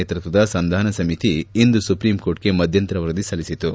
ನೇತೃತ್ವದ ಸಂಧಾನ ಸಮಿತಿ ಇಂದು ಸುಪ್ರೀಂಕೋರ್ಟ್ಗೆ ಮಧ್ಯಂತರ ವರದಿ ಸಲ್ಲಿಸಿತು